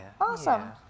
Awesome